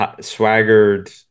swaggered